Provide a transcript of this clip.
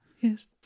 Yes